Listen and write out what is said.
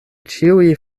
ĉiuj